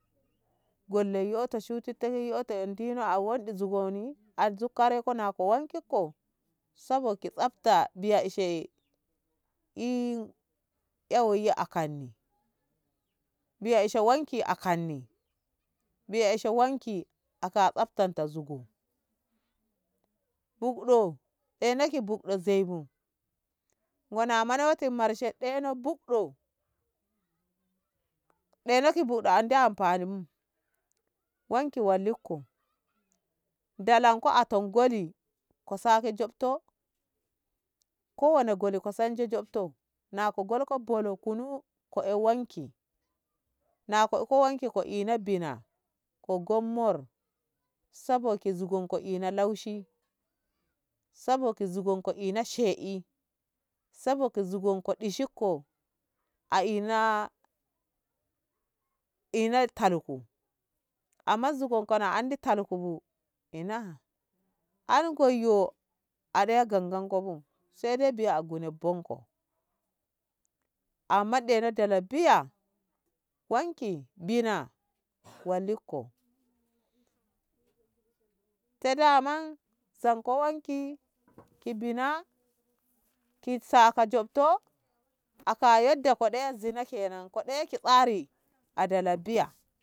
Golla yoto shututahi yoto in dina a wanɗi zugoni an zuk kareko nako wanki ko sauwaki tsafta biya ishe eh ewai a kanni biya eshe wanki a kanni biya eshe wanki a ka tsaftan zugo buɗɗo e naki buɗɗo zei bu wana manoti arshe ɗeno buɗɗo ɗenoki buɗɗo andi anfani wanmti walliko dalanko aton goli ko sake jobto ko wane golko sanji jobto na ko golko bolo kunu ko e wanki na ko iko wanki ina bina ko gom mor sabo ko zugunko ena lashi sabo ko zugunko ena she'e sabo ko zugunka ɗishiko a ina ina talko amma zugonko na andi talko ina ha an goyyo ade gangangabu sai de biya a gono bonko amma de no delle biya wanki dina wallikko te daman sai ko wanki ki bina ki saka jobto aka yadda ki ɗaya zina kenan ko dai ki tsari a dala biya.